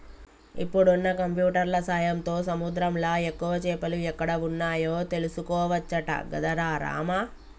ఇప్పుడున్న కంప్యూటర్ల సాయంతో సముద్రంలా ఎక్కువ చేపలు ఎక్కడ వున్నాయో తెలుసుకోవచ్చట గదరా రామా